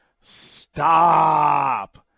Stop